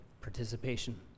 participation